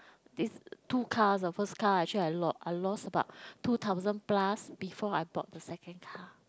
this two cars of first car actually I lost I lost about two thousand plus before I bought the second car